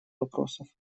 вопросов